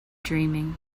dreaming